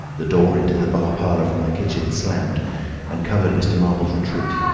the door into the bar-parlour from the kitchen slammed and covered mr. marvel's retreat.